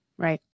Right